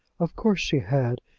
of course she had.